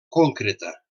concreta